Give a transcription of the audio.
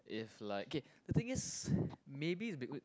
if like okay the thing is maybe is beca~ wait